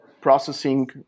processing